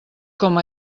com